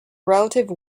relative